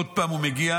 עוד פעם הוא מגיע